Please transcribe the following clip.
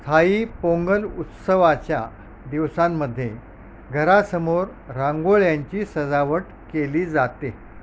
Thai Pongal उत्सवाच्या दिवसांमध्ये घरासमोर रांगोळ्यांची सजावट केली जाते